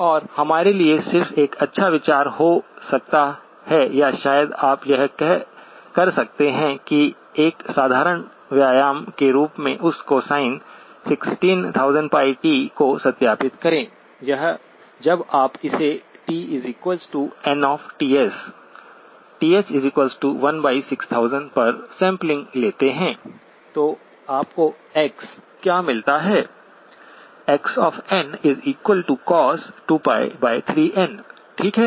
और हमारे लिए सिर्फ एक अच्छा विचार हो सकता है या शायद आप यह कर सकते हैं कि एक साधारण व्यायाम के रूप में उस कोसाइन 16000πt को सत्यापित करें जब आप इसे tnTs Ts16000 पर सैंपलिंग लेते हैं तो आपको x क्या मिलता है xncos2π3n ठीक है